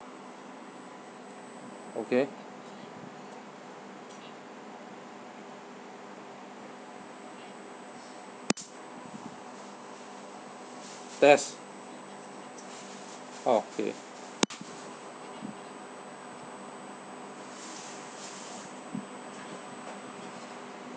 okay test okay